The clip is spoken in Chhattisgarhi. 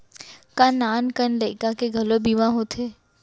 का नान कन लइका के घलो बीमा होथे?